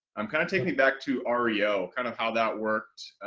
i'm kind of taking you back to ario, kind of how that worked.